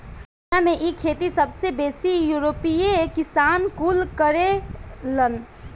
दुनिया में इ खेती सबसे बेसी यूरोपीय किसान कुल करेलन